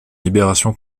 libération